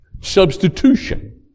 Substitution